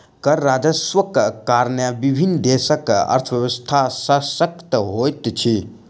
कर राजस्वक कारणेँ विभिन्न देशक अर्थव्यवस्था शशक्त होइत अछि